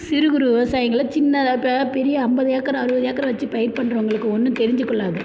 கு சிறுகுறு விவசாயிங்களை சின்னதாக இப்போ பெரிய ஐம்பது ஏக்கர் அறுபது ஏக்கர் வச்சு பயிர் பண்ணுறவங்களுக்கு ஒன்றும் தெரிஞ்சுக்கொள்ளாது